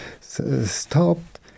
stopped